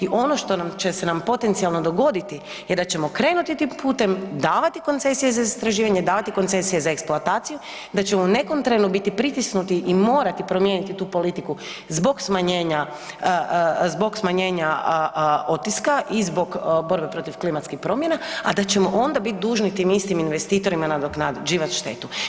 I ono što će nam se potencijalno dogoditi je da ćemo krenuti tim putem, davati koncesije za istraživanje, davati koncesije za eksploataciju, da će u nekom trenu biti pritisnuti i morati promijeniti tu politiku zbog smanjenja, zbog smanjenja otiska i zbog borbe protiv klimatskih promjena, a da ćemo onda biti dužni tim istim investitorima nadoknađivat štetu.